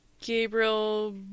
Gabriel